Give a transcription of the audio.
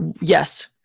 Yes